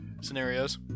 scenarios